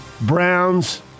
Browns